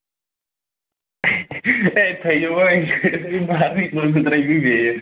ہے تھٲوِو وۅنۍ یِم چھِ مارٕنۍ پٲنٛژھ ہَتھ رۄپیہِ بیٚیہِ